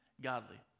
godly